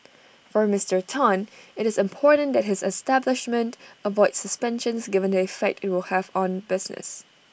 for Mister Tan IT is important that his establishment avoids suspensions given the effect IT will have on business